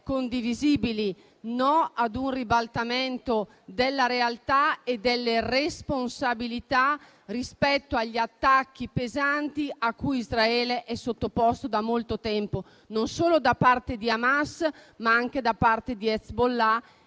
condivisibili: no ad un ribaltamento della realtà e delle responsabilità rispetto agli attacchi pesanti a cui Israele è sottoposto da molto tempo, e da parte non solo di Hamas, ma anche di Hezbollah.